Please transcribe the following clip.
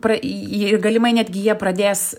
pra į ir galimai netgi jie pradės